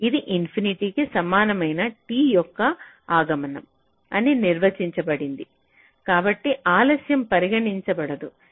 కాబట్టి ఇది ఇన్ఫినిటీ కి సమానమైన t యొక్క ఆగమనం అని నిర్వచించబడింది కాబట్టి ఆలస్యం పరిగణించబడదు